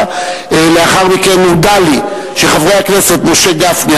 לאחר מכן הודע לי שחברי הכנסת משה גפני,